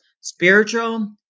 spiritual